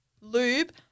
lube